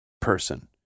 person